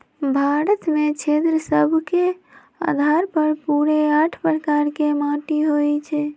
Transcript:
भारत में क्षेत्र सभ के अधार पर पूरे आठ प्रकार के माटि होइ छइ